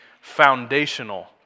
foundational